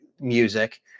music